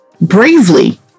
bravely